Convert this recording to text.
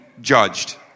judged